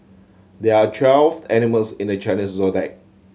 there are twelve animals in the Chinese Zodiac